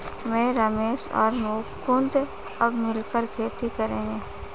मैं, रमेश और मुकुंद अब मिलकर खेती करेंगे